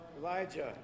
Elijah